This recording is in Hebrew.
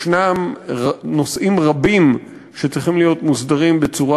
יש נושאים רבים שצריכים להיות מוסדרים בצורה